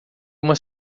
uma